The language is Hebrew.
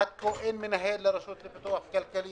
עד כה אין מנהל לרשות לפיתוח הכלכלי